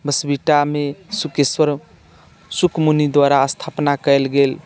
बसबिट्टामे शुकेश्वर शुक मुनि द्वारा स्थापना कयल गेल